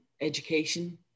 education